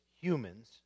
humans